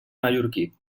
mallorquí